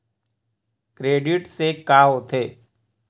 Credit से का होथे?